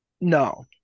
No